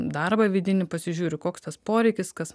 darbą vidinį pasižiūriu koks tas poreikis kas